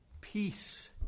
Peace